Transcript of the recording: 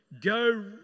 Go